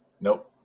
Nope